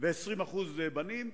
ו-80% בנות.